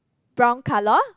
brown colour